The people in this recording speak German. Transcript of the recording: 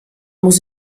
muss